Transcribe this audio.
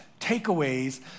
takeaways